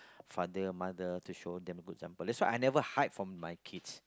father mother to show them good example that's why I never hide from my kids